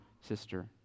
sister